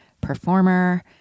performer